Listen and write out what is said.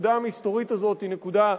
הנקודה המסתורית הזאת היא נקודה,